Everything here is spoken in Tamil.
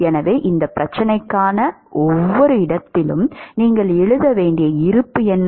எனவே இந்தப் பிரச்சனைக்காக ஒவ்வொரு இடத்திலும் நீங்கள் எழுத வேண்டிய இருப்பு என்ன